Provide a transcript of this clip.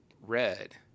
red